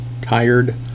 tired